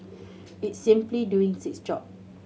it's simply doing its job